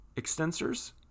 extensors